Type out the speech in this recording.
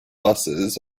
buses